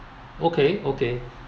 okay okay